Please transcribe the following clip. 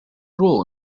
role